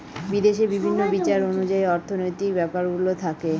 বিদেশে বিভিন্ন বিচার অনুযায়ী অর্থনৈতিক ব্যাপারগুলো থাকে